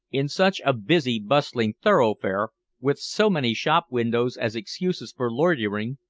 in such a busy, bustling thoroughfare, with so many shop windows as excuses for loitering,